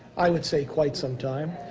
i would say, quite some time.